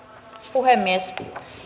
puhemies